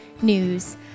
news